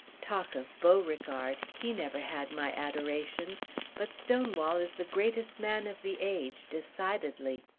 talk of beauregard! he never had my adoration but stonewall is the greatest man of the age, decidedly.